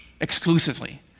exclusively